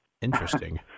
Interesting